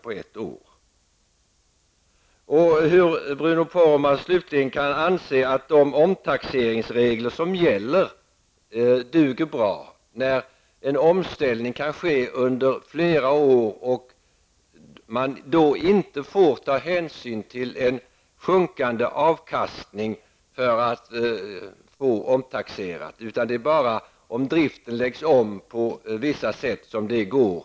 Slutligen undrar jag hur Bruno Poromaa kan anse att de omtaxeringsregler som gäller duger bra, när en omställning kan ske under flera år och man då inte får ta hänsyn till en sjunkande avkastning för att få fastigheten omtaxerad. Det är bara om driften läggs om på vissa sätt som detta går.